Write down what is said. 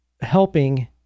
helping